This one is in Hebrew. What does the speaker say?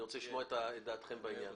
אני רוצה לשמוע את דעתכם בעניין.